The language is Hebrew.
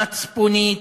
מצפונית,